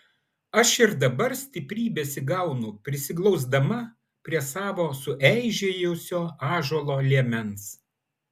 aš ir dabar stiprybės įgaunu prisiglausdama prie savo sueižėjusio ąžuolo liemens